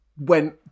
went